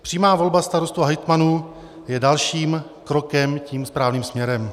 Přímá volba starostů a hejtmanů je dalším krokem tím správným směrem.